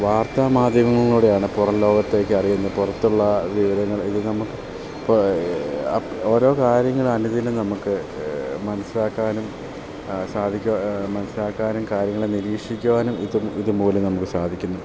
വാർത്താമാധ്യമങ്ങളൂടെയാണ് പുറം ലോകത്തേക്ക് അറിയുന്ന് പുറത്തുള്ള വിവരങ്ങൾ ഇതിൽ നമുക്ക് അപ്പം ഓരോ കാര്യങ്ങൾ അനുദിനം നമുക്ക് മനസ്സിലാക്കാനും സാധിക്കുക മനസ്സിലാക്കാനും കാര്യങ്ങളെ നിരീക്ഷിക്കുവാനും ഇതു ഇതു മൂലം നമുക്ക് സാധിക്കുന്നു